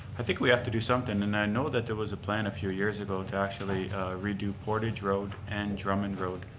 i think we have to do something, and i know there was a plan a few years ago to actually redo portage road and drummond road,